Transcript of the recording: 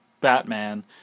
Batman